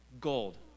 Gold